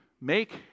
make